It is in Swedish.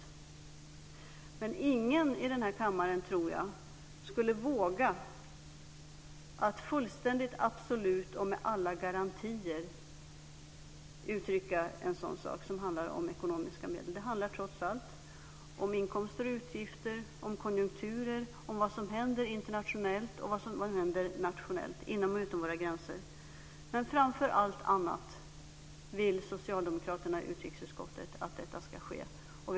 Jag tror inte att någon i den här kammaren skulle våga att fullständigt absolut och med alla garantier uttrycka en sak som handlar om ekonomiska medel. Det handlar trots allt om inkomster och utgifter, konjunkturer och vad som händer internationellt och nationellt inom och utom våra gränser. Socialdemokraterna i utrikesutskottet vill att det ska ske "framför allt annat".